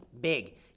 big